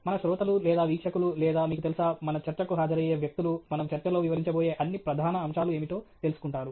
మన శ్రోతలు లేదా వీక్షకులు లేదా మీకు తెలుసా మన చర్చకు హాజరయ్యే వ్యక్తులు మనము చర్చలో వివరించబోయే అన్ని ప్రధాన అంశాలు ఏమిటో తెలుసుకుంటారు